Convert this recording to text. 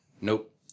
Nope